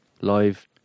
live